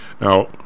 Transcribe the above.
Now